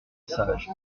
sage